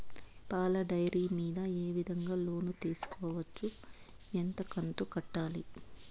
పాల డైరీ మీద ఏ విధంగా లోను తీసుకోవచ్చు? ఎంత కంతు కట్టాలి?